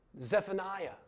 Zephaniah